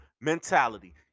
mentality